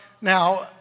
Now